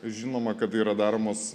žinoma kad yra daromos